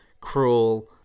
cruel